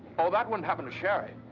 oh, that wouldn't happen to sherry.